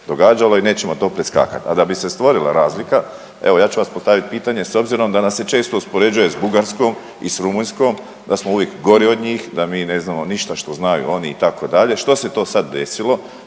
događalo i nećemo to preskakat, a da bi se stvorila razlika evo ja ću vam postavit pitanje, s obzirom da nas se često uspoređuje s Bugarskom i s Rumunjskom, da smo uvijek gori od njih, da mi ne znamo ništa što znaju oni itd., što se to sad desilo